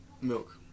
Milk